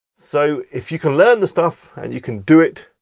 so if you can learn the stuff and you can do it,